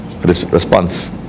response